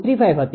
0235 હતી